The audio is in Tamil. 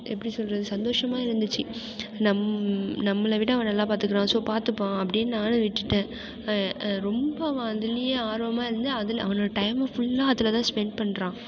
எப்படி சொல்வது சந்தோஷமாக இருந்துச்சு நம் நம்மளை விட அவன் நல்லா பார்த்துக்குறான் ஸோ பார்த்துப்பான் அப்படினு நானும் விட்டுவிட்டேன் ரொம்ப அவன் அதிலையே ஆர்வமாக இருந்து அதில் அவனோட டைம் ஃபுல்லாக அதில் தான் ஸ்பென்ட் பண்ணுறான்